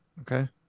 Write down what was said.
Okay